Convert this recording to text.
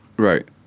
Right